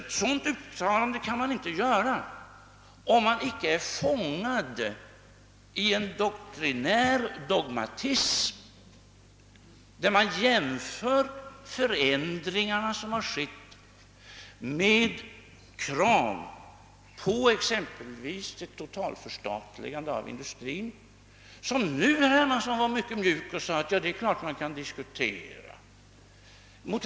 Ett sådant uttalande kan man inte göra om man inte är fångad i en doktrinär dogmatism och jämför de förändringar som skett med kraven på exempelvis totalt förstatligande av industrin. Nu sist var herr Hermansson mycket mjuk och sade att det var klart att man kunde diskutera det.